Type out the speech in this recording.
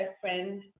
friend